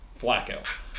Flacco